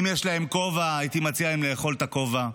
אם יש להם כובע, הייתי מציע להם לאכול את הכובע.